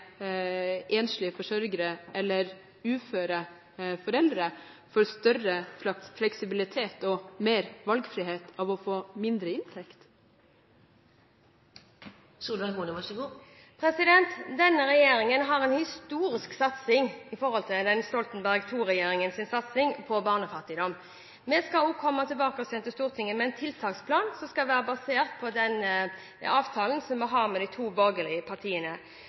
enslige forsørgere eller uføre foreldre får større fleksibilitet og mer valgfrihet av å få mindre inntekt? Denne regjeringen har en historisk satsing i forhold til Stoltenberg II-regjeringens satsing på barnefattigdom. Vi skal også komme tilbake til Stortinget med en tiltaksplan som skal være basert på den avtalen vi har med de to borgerlige partiene.